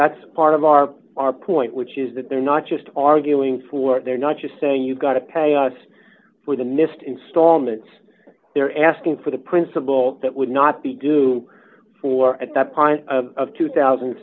that's part of our our point which is that they're not just arguing for they're not just saying you've got to pay us for the missed installments they're asking for the principle that would not be due for at that point of two thousand